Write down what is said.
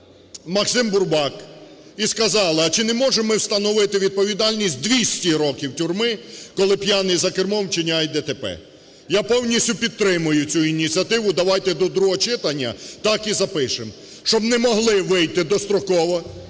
Максим Бурбак і сказали, а чи не можемо ми встановити відповідальність 200 років тюрми, коли п'яний за кермом вчиняє ДТП. Я повністю підтримую цю ініціативу, давайте до другого читання так і запишемо, щоб не могли вийти достроково,